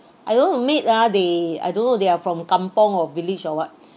I don't know maid ah they I don't know they are from kampung or village or what